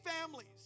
families